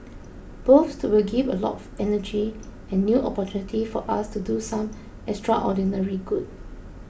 both will give a lot of energy and new opportunity for us to do some extraordinary good